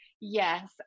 yes